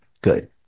Good